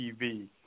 TV